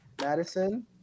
Madison